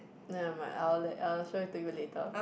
never mind I will let I will show it to you later